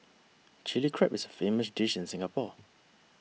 Chilli Crab is a famous dish in Singapore